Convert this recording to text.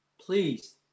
please